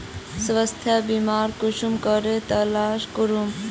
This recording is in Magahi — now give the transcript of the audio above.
स्वास्थ्य बीमा कुंसम करे तलाश करूम?